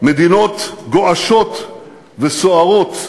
מדינות גועשות וסוערות,